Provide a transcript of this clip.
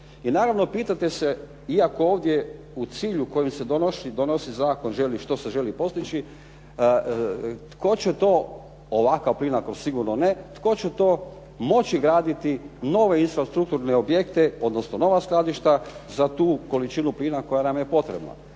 I naravno pitate se iako ovdje u cilju kojim se donosi zakon što se želi postići tko će to, ovakav Plinacro sigurno ne, tko će to moći graditi, nove infrastrukturne objekte, odnosno nova skladišta za tu količinu plina koja nam je potrebna.